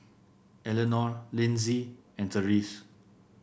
Elenore Linzy and Therese